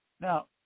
Now